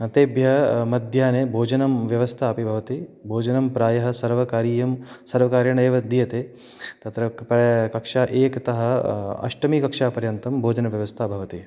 तेभ्यः मध्याह्ने भोजनव्यवस्था अपि भवति भोजनं प्रायः सर्वकारीयं सर्वकारेण एव दीयते तत्र कक्षा एकतः अष्टमीकक्षा पर्यन्तं भोजनव्यवस्था भवति